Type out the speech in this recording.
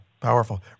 Powerful